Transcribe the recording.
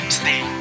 stay